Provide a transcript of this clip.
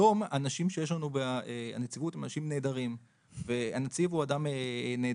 היום האנשים בנציבות הם אנשים נהדרים והנציב הוא אדם נהדר,